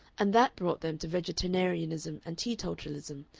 and that brought them to vegetarianism and teetotalism,